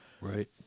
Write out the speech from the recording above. Right